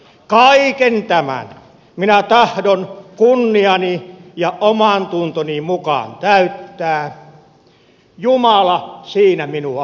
kaiken tämän minä tahdon kunniani ja omantuntoni mukaan täyttää jumala siinä minua auttakoon